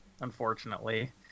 unfortunately